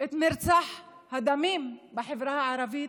את מרחץ הדמים בחברה הערבית.